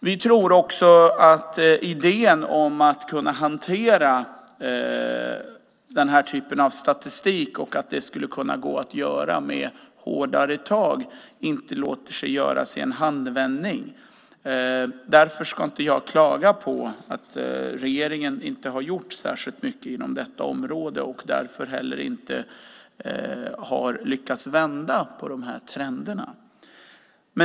Vi tror att idén om att kunna hantera den här typen av statistik och att det skulle kunna gå att göra med hårdare tag inte låter sig genomföras i en handvändning. Därför ska inte jag klaga på att regeringen inte har gjort särskilt mycket inom detta område och därför inte heller har lyckats vända trenderna.